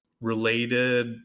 related